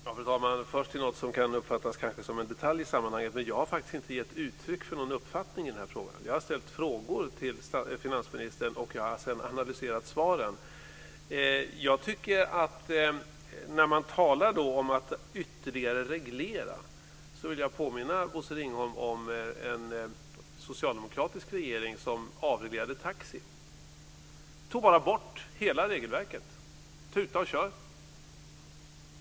Fru talman! Först till något som kanske kan uppfattas som en detalj i sammanhanget. Men jag har faktiskt inte gett uttryck för någon uppfattning i denna fråga. Jag har ställt frågor till finansministern, och jag har sedan analyserat svaren. När man talar om att ytterligare reglera så vill jag påminna Bosse Ringholm om en socialdemokratisk regering som avreglerade taxinäringen. Den tog bara bort hela regelverket - tuta och kör.